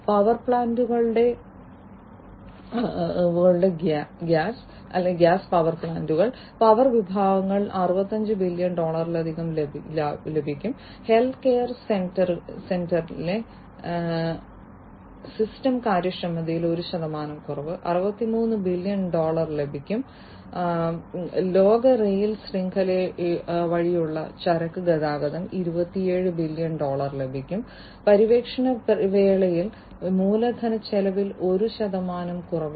power പ്ലാന്റുകളുടെ gas power വിഭാഗങ്ങൾ 65 billion ഡോളറിലധികം ലാഭിക്കും ഹെൽത്ത് കെയർ സെന്ററിലെ സിസ്റ്റം കാര്യക്ഷമതയിൽ 1 ശതമാനം കുറവ് 63 ബില്യൺ ഡോളർ ലാഭിക്കും ലോക റെയിൽ ശൃംഖല വഴിയുള്ള ചരക്ക് ഗതാഗതം 27 ബില്യൺ ഡോളർ ലാഭിക്കും പര്യവേക്ഷണ വേളയിൽ മൂലധന ചെലവിൽ ഒരു ശതമാനം കുറവ്